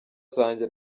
zanjye